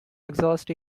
exhaust